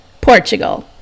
Portugal